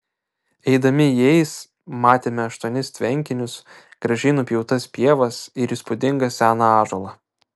eidami jais matėme aštuonis tvenkinius gražiai nupjautas pievas ir įspūdingą seną ąžuolą